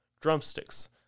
drumsticks